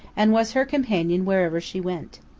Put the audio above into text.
and was her companion wherever she went.